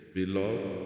Beloved